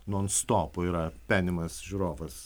nonstopu yra penimas žiūrovas